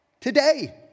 today